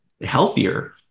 healthier